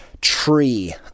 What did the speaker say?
tree